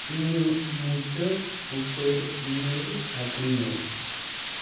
ᱤᱧᱟᱹᱜ ᱢᱩᱪᱟᱹᱫ ᱩᱛᱟᱹᱨ ᱤᱼᱢᱮᱞ ᱟᱜᱩᱭ ᱢᱮ